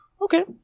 Okay